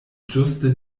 ĝuste